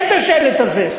אין השלט הזה.